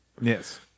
Yes